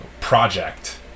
project